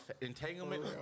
entanglement